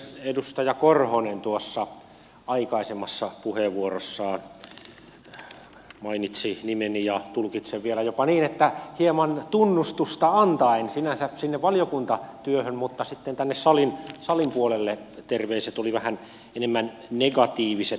edustaja korhonen tuossa aikaisemmassa puheenvuorossaan mainitsi nimeni ja tulkitsen jopa niin että hieman tunnustusta antaen sinne valiokuntatyöhön mutta sitten tänne salin puolelle terveiset olivat vähän enemmän negatiiviset